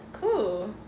Cool